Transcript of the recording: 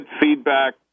feedback